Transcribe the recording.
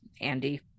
Andy